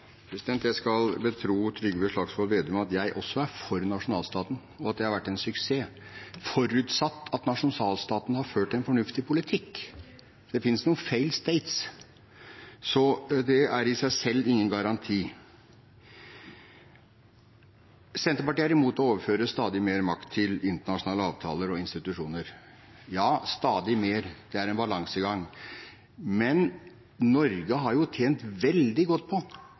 at jeg også er for nasjonalstaten, og at den har vært en suksess, forutsatt at nasjonalstaten har ført en fornuftig politikk. Det finnes noen «failed states», så det er i seg selv ingen garanti. Senterpartiet er imot å overføre stadig mer makt til internasjonale avtaler og institusjoner. Ja, stadig mer – det er en balansegang. Men Norge har jo tjent veldig godt på